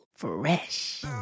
Fresh